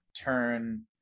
turn